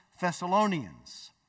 Thessalonians